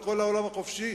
על כל העולם החופשי.